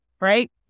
Right